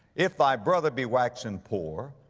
if thy brother be waxen poor,